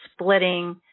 splitting